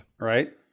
Right